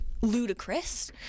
ludicrous